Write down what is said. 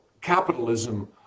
capitalism